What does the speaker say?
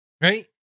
right